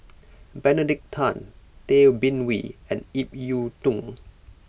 Benedict Tan Tay Bin Wee and Ip Yiu Tung